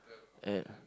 and